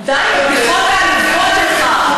די עם הבדיחות העלובות שלך.